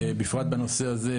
בפרט בנושא הזה,